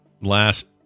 last